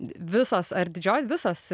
visos ar didžioji visos